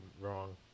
wrong